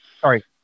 sorry